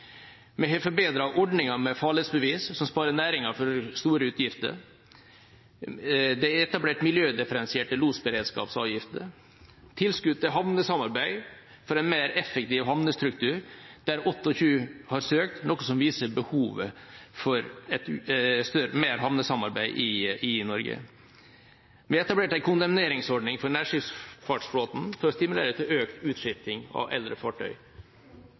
med farledsbevis, som sparer næringen for store utgifter; å ha etablert miljødifferensierte losberedskapsavgifter; tilskudd til havnesamarbeid, for en mer effektiv havnestruktur. 28 har søkt, noe som viser et behov for mer havnesamarbeid i Norge; å ha etablert en kondemneringsordning for nærskipsfartsflåten for å stimulere til økt utskifting av eldre fartøy.